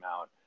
out